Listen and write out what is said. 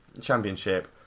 Championship